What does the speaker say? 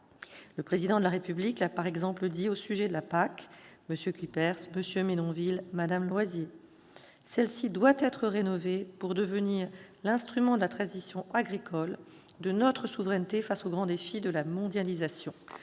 Le Président de la République l'a dit, par exemple, au sujet de la PAC, monsieur Cuypers, monsieur Menonville, madame Loisier. Celle-ci doit être rénovée pour devenir « l'instrument de la transition agricole, de notre souveraineté, face aux grands défis de la mondialisation ».